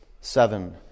seven